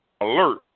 alert